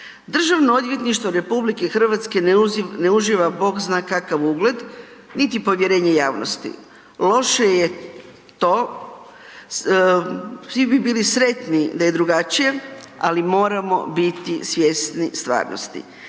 Državno odvjetništvo RH ne uživa bogzna kakav ugled niti povjerenje javnosti, loše je to, svi bi bili sretni da je drugačije, ali moramo biti svjesni stvarnosti.